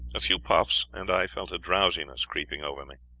a few puffs, and i felt a drowsiness creeping over me.